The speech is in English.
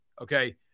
Okay